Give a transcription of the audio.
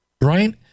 Right